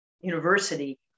university